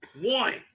one